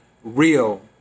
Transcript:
Real